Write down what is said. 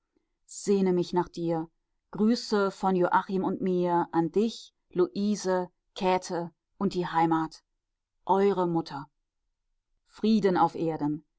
sehne mich nach dir grüße von joachim und mir an dich luise käthe und die heimat eure mutter frieden auf erden